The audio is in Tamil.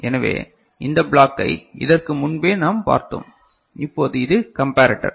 எனவே இந்த பிளாக்கை இதற்கு முன்பே நாம் பார்த்தோம் இப்போது இது கம்பரட்டர்